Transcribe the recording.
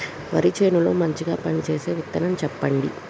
వరి చేను లో మంచిగా పనిచేసే విత్తనం చెప్పండి?